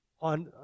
on